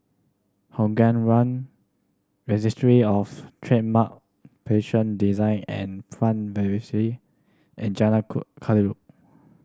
Hougang One Registry Of Trademark Patent Design and Plant Varietie and Jalan Kayu